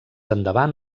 endavant